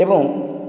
ଏବଂ